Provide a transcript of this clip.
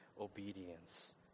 obedience